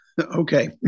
okay